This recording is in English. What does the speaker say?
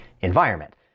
environment